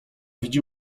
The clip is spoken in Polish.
widzi